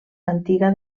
antiga